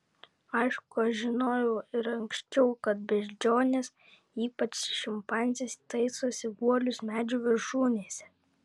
aišku aš žinojau ir anksčiau kad beždžionės ypač šimpanzės taisosi guolius medžių viršūnėse